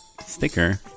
sticker